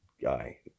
guy